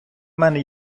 мене